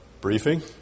briefing